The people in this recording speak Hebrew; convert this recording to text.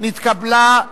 נתקבלה.